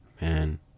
Man